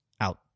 out